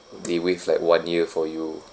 they waive like one year for you